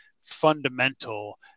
fundamental